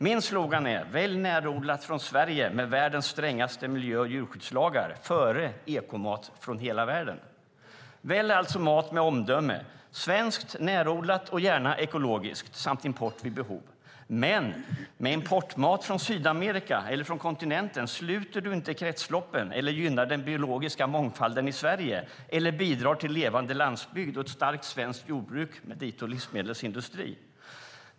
Min slogan är: Välj närodlat från Sverige, med världens strängaste miljö och djurskyddslagar, före ekomat från hela världen! Välj alltså mat med omdöme - svenskt, närodlat och gärna ekologiskt, samt import vid behov. Med importmat från Sydamerika sluter du dock inte kretsloppen, du gynnar inte den biologiska mångfalden i Sverige och du bidrar inte till en levande landsbygd och ett starkt svenskt jordbruk med dito livsmedelsindustri.